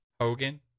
Hogan